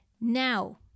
Now